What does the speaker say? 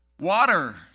Water